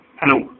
Hello